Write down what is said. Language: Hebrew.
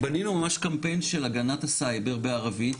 בנינו ממש קמפיין של הגנת הסייבר בערבית.